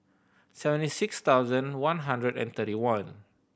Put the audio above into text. seventy six thousand one hundred and thirty one